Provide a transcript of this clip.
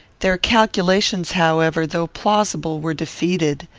their calculations, however, though plausible, were defeated.